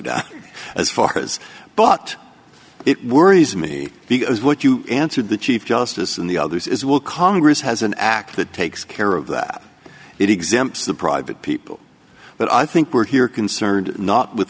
d as far as but it worries me because what you answered the chief justice and the others is will congress has an act that takes care of that it exempts the private people but i think we're here concerned not with